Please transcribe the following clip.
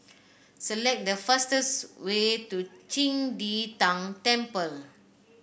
select the fastest way to Qing De Tang Temple